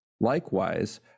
Likewise